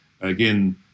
again